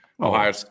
ohio